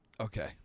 Okay